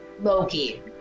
Loki